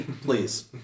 Please